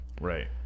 Right